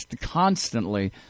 constantly